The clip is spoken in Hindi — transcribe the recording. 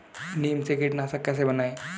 नीम से कीटनाशक कैसे बनाएं?